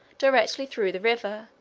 directly through the river,